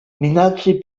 minaci